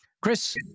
Chris